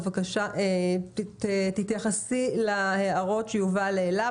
בבקשה תתייחסי להערות שיובל העלה.